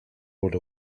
rode